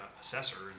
assessor